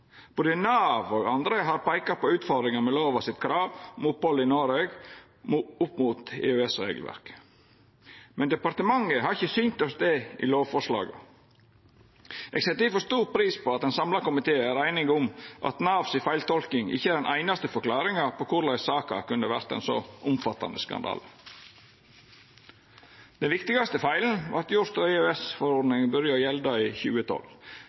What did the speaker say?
Både Nav og andre har peika på utfordringar med lova sitt krav om opphald i Noreg opp mot EØS-regelverket, men departementet har ikkje synt oss det i lovforslaga. Eg set difor stor pris på at ein samla komité er einige om at Nav si feiltolking ikkje er den einaste forklaringa på korleis saka kunne verta ein så omfattande skandale. Den viktigaste feilen vart gjort då EØS-forordninga byrja å gjelda i 2012.